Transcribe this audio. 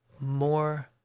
more